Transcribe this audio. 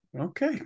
Okay